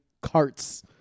carts